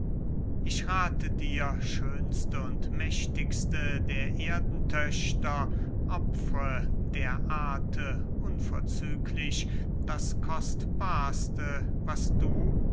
ich rathe dir schönste und mächtigste der erdentöchter opfre der ate unverzüglich das kostbarste was du